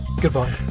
Goodbye